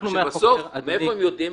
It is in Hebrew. בסוף מאיפה הם יודעים?